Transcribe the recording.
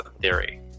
theory